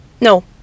No